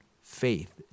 faith